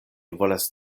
volas